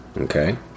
Okay